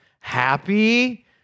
happy